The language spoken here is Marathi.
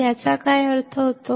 याचा आत्ता काय अर्थ होतो